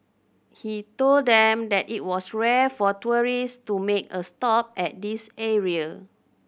he told them that it was rare for tourist to make a stop at this area